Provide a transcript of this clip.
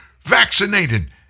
vaccinated